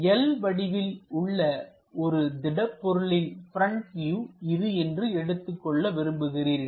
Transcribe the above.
L வடிவில் உள்ள ஒரு திடப் பொருளின் பிரண்ட் வியூ இது என்று எடுத்துக் கொள்ள விரும்புகிறீர்கள்